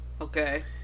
Okay